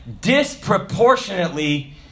Disproportionately